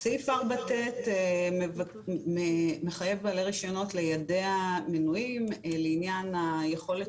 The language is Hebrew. סעיף 4ט מחייב בעלי רישיונות ליידע מנויים לעניין היכולת